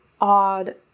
odd